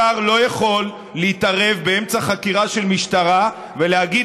שר לא יכול להתערב באמצע חקירה של משטרה ולהגיד